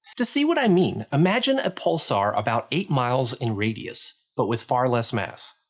to see what i mean, imagine a pulsar about eight miles in radius, but with far less mass.